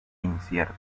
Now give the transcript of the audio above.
incierto